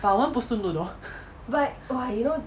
but 我们不顺路 though